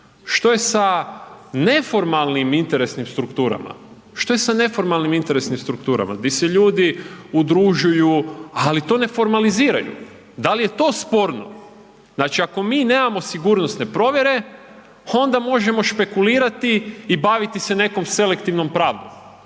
Što je se neformalnim interesnim strukturama, što je sa neformalnim interesnim strukturama gdje se ljudi udružuju ali to ne formaliziraju. Da li je to sporno? Znači ako mi nemamo sigurnosne provjere onda možemo špekulirati i baviti se nekom selektivnom pravdom